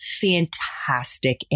fantastic